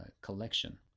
collection